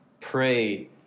pray